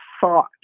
thought